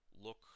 look